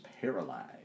paralyzed